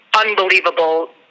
unbelievable